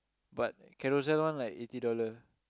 but Carousell one like eighty dollar